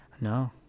No